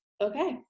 Okay